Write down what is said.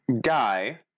guy